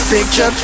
Picture